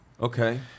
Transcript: Okay